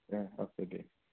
ए अके दे